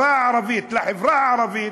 בשפה הערבית לחברה הערבית,